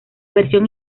versión